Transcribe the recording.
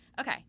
okay